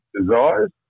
desires